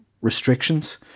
Restrictions